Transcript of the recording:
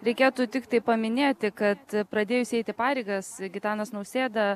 reikėtų tiktai paminėti kad pradėjus eiti pareigas gitanas nausėda